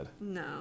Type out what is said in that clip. No